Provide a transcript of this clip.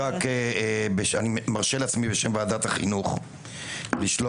אני מרשה לעצמי בשם ועדת החינוך לשלוח